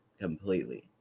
completely